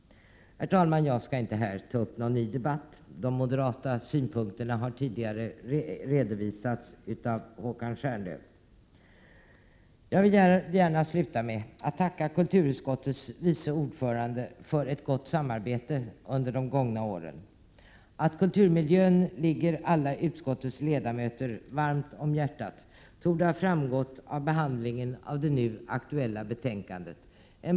Herr talman! Jag skall inte här ta någon ny debatt. De moderata synpunkterna har tidigare redovisats av Håkan Stjernlöf. Herr talman! Jag vill sluta mitt anförande med att tacka kulturutskottets vice ordförande för ett gott samarbete under de gångna åren. Att kulturmiljön ligger utskottets alla ledamöter varmt om hjärtat torde ha framgått av behandlingen av det nu aktuella betänkandet.